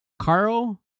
carl